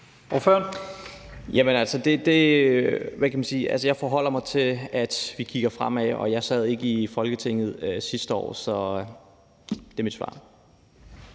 Ordføreren. Kl. 13:58 Mohammad Rona (M): Jeg forholder mig til, at vi kigger fremad, og jeg sad ikke i Folketinget sidste år. Så det er mit svar.